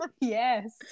yes